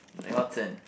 your turn